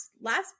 last